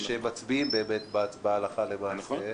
ומצביעים בהצבעה הלכה למעשה.